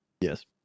Yes